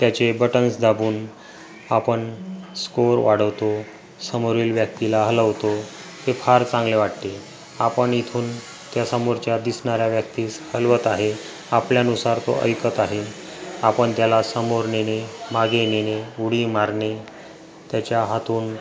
त्याचे बटन्स दाबून आपण स्कोअर वाढवतो समोरील व्यक्तीला हलवतो ते फार चांगले वाटते आपण इथून त्या समोरच्या दिसणाऱ्या व्यक्तीस हलवत आहे आपल्यानुसार तो ऐकत आहे आपण त्याला समोर नेणे मागे नेणे उडी मारणे त्याच्या हातून